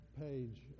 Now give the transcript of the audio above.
page